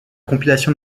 compilation